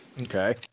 Okay